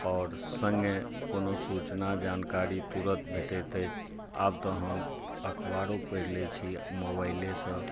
आओर संगे कोनो सूचना जानकारी तुरत भेटैत अछि आब तऽ हम अखबारो पढ़ि लै छियै मोबाइलेसॅं